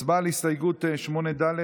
הצבעה על הסתייגות 8 ד'.